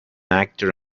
actor